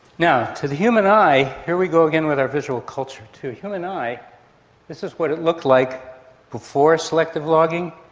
now, to the human eye. here we go again with our visual culture. to the human eye this is what it looked like before selective logging,